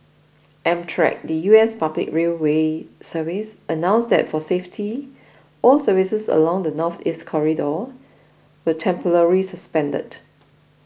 amtrak the U S public railway service announced that for safety all services along the Northeast Corridor were temporarily suspended